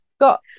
got